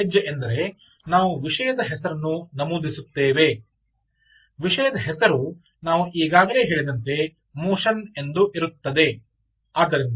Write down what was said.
ಈಗ ಮೊದಲ ಹೆಜ್ಜೆ ಎಂದರೆ ನಾವು ವಿಷಯದ ಹೆಸರನ್ನು ನಮೂದಿಸುತ್ತೇವೆ ವಿಷಯದ ಹೆಸರು ನಾವು ಈಗಾಗಲೇ ಹೇಳಿದಂತೆ ಮೋಷನ್ ಎಂದು ಇರುತ್ತದೆ